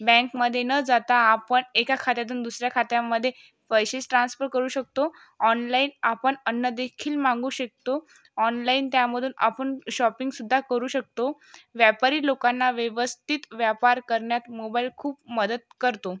बँकमध्ये न जाता आपण एका खात्यातून दुसऱ्या खात्यामध्ये पैसे ट्रान्सफर करू शकतो ऑनलाइन आपण अन्नदेखील मागवू शकतो ऑनलाइन त्यामधून आपण शॉपिंगसुद्धा करू शकतो व्यापारी लोकांना व्यवस्थित व्यापार करण्यात मोबाईल खूप मदत करतो